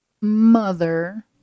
mother